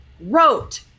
wrote